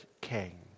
king